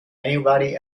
anybody